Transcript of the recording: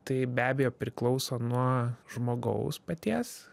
tai be abejo priklauso nuo žmogaus paties